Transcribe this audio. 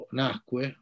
nacque